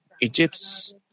Egypt's